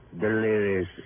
Delirious